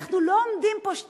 אנחנו לא עומדים פה, שתבינו,